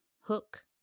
hook